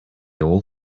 all